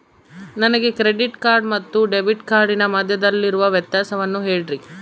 ನನಗೆ credit card ಮತ್ತು debit ಕಾರ್ಡಿನ ಮಧ್ಯದಲ್ಲಿರುವ ವ್ಯತ್ಯಾಸವನ್ನು ಹೇಳ್ರಿ?